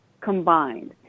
combined